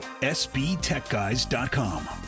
sbtechguys.com